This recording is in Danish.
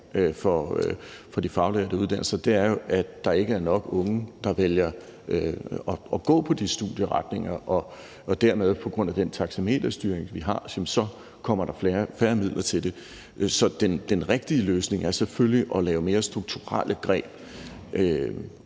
for de faglærte uddannelser er, at der ikke er nok unge, der vælger at gå på de studieretninger, og at der på grund af den taxameterstyring, vi har, så dermed kommer færre midler til det. Så den rigtige løsning er selvfølgelig at lave nogle mere strukturelle greb,